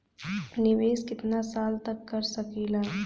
निवेश कितना साल तक कर सकीला?